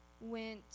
went